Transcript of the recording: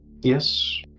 Yes